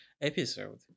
episode